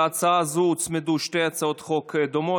להצעה הזו הוצמדו שתי הצעות חוק דומות.